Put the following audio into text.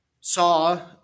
saw